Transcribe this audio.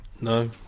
No